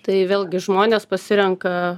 tai vėlgi žmonės pasirenka